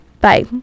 Bye